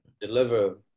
deliver